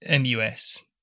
MUS